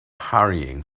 hurrying